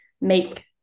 make